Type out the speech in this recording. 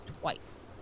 twice